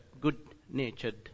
good-natured